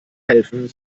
helfen